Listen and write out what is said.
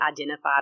identified